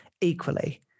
equally